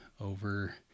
over